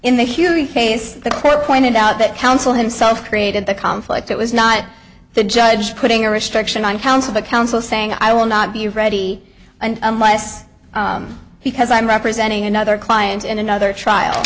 in the huge case the court pointed out that counsel himself created the conflict it was not the judge putting a restriction on counsel but counsel saying i will not be ready unless because i'm representing another client in another trial